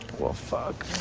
well, fuck